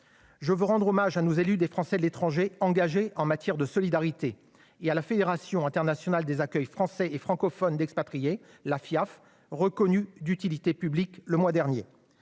je rends hommage à nos élus des Français de l'étranger engagés en matière de solidarité, ainsi qu'à la Fédération internationale des accueils français et francophones d'expatriés, la Fiafe, qui a été reconnue d'utilité publique le mois dernier.